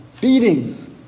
Beatings